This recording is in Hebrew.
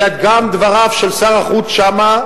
וגם דבריו של שר החוץ שם,